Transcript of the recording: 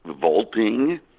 vaulting